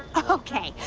okay.